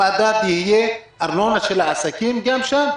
האם המדד יהיה ארנונה של העסקים גם שם?